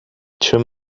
too